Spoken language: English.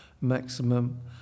maximum